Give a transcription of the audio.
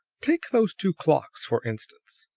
take those two clocks, for instance.